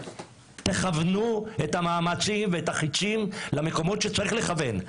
תכוונו את המאמצים ואת החצים למקומות שצריך לכוון.